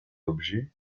objet